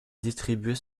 distribués